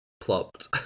Plopped